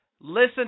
Listen